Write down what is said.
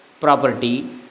property